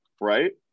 Right